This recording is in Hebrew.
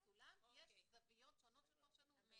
יש זוויות שונות של פרשנות.